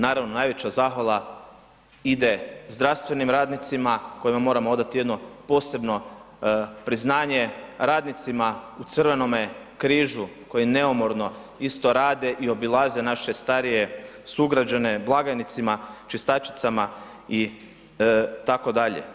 Naravno najveća zahvala ide zdravstvenim radnicima kojima moramo odati jedno posebno priznanje, radnicima u Crvenome križu koji neumorno isto rade i obilaze naše starije sugrađane, blagajnicima, čistačicama itd.